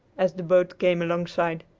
as the boat came alongside.